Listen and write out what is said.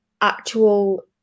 actual